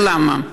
ולמה?